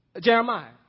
Jeremiah